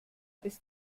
ist